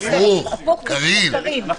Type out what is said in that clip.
הוא